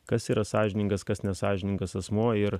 kas yra sąžiningas kas nesąžiningas asmuo ir